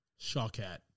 Shawcat